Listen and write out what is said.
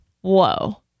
whoa